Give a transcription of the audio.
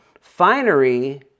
Finery